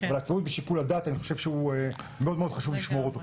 אבל עצמאות בשיקול דעת אני חושב שמאוד מאוד חשוב לשמור אותו פה.